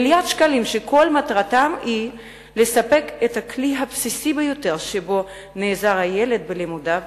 שכל מטרתם היא לספק את הכלי הבסיסי ביותר שבו נעזר הילד בלימודיו,